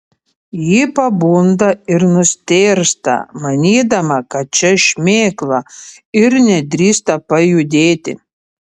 ji pabunda ir nustėrsta manydama kad čia šmėkla ir nedrįsta pajudėti